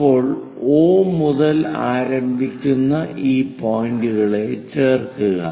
ഇപ്പോൾ O മുതൽ ആരംഭിക്കുന്ന ഈ പോയിന്ററുകളെ ചേർക്കുക